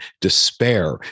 despair